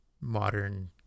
modern